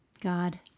God